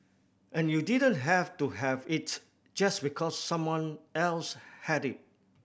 and you didn't have to have it just because someone else had it